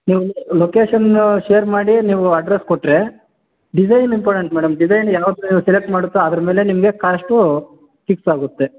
ನೀವು ಲೊಕೇಶನ್ನು ಶೇರ್ ಮಾಡಿ ನೀವು ಅಡ್ರೆಸ್ ಕೊಟ್ಟರೆ ಡಿಸೈನ್ ಇಂಪಾರ್ಟೆಂಟ್ ಮೇಡಮ್ ಡಿಸೈನ್ ಯಾವ್ದು ನೀವು ಸೆಲೆಕ್ಟ್ ಮಾಡುತ್ತೋ ಅದರ ಮೇಲೆ ನಿಮಗೆ ಕಾಸ್ಟು ಫಿಕ್ಸ್ ಆಗುತ್ತೆ